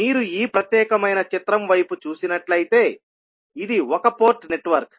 మీరు ఈ ప్రత్యేకమైన చిత్రం వైపు చూసినట్లయితే ఇది ఒక పోర్ట్ నెట్వర్క్